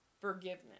forgiveness